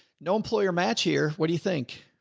no employer match here. what do you think.